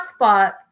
hotspots